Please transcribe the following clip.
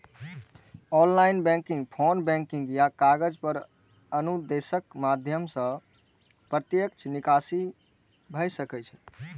online banking, phone banking या कागज पर अनुदेशक माध्यम सं प्रत्यक्ष निकासी भए सकैए